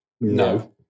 No